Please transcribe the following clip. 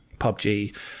pubg